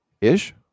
ish